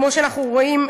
כמו שאנחנו רואים,